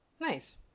Nice